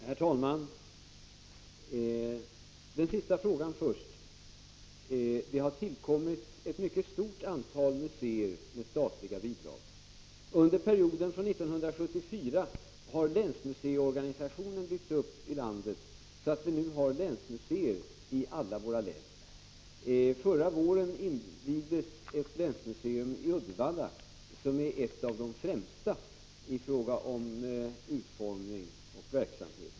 Herr talman! Jag besvarar den sista frågan först. Det har tillkommit ett mycket stort antal museer med statligt bidrag. Under perioden från 1974 har länsmuseiorganisationen byggts upp i landet så att vi nu har ett länsmuseum i alla våra län. Förra våren invigdes ett länsmuseum i Uddevalla, som är ett av de främsta i fråga om utformning och verksamhet.